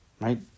Right